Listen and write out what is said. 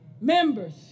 members